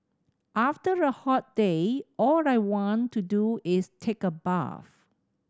after a hot day all I want to do is take a bath